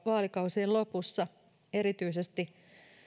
vaalikausien lopussa